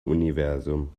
universum